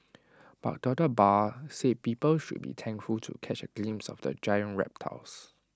but doctor Barr said people should be thankful to catch A glimpse of the giant reptiles